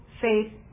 faith